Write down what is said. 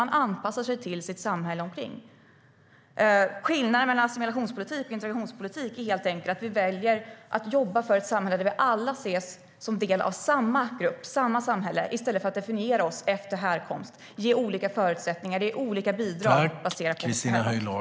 Man anpassar sig till sitt samhälle.